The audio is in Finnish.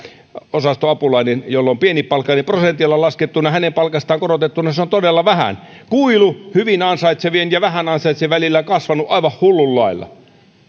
osastoapulaisen jolla on pieni palkka korotus prosentilla laskettuna hänen palkastaan on todella vähän kuilu hyvin ansaitsevien ja vähän ansaitsevien välillä on kasvanut aivan hullun lailla